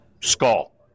skull